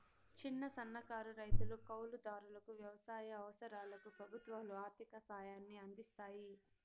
చిన్న, సన్నకారు రైతులు, కౌలు దారులకు వ్యవసాయ అవసరాలకు ప్రభుత్వాలు ఆర్ధిక సాయాన్ని అందిస్తాయి